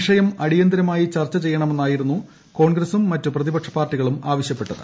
വിഷയം അടിയന്തരമായി ചർച്ച ഉപ്പിയ്യ്ണ്മെന്നായിരുന്നു കോൺഗ്രസും മറ്റ് പ്രതിപക്ഷ പാർട്ടികളും ആവശൃപ്പെട്ടത്